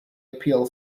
appeal